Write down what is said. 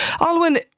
Alwyn